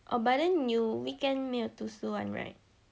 oh but then you weekend 没有读书 [one] [right]